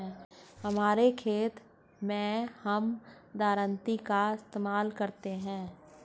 हमारे खेत मैं हम दरांती का इस्तेमाल करते हैं